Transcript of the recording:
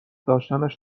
داشتنش